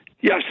Yes